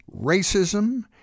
racism